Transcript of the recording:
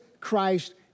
Christ